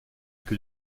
que